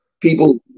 People